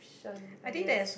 ~cription I guess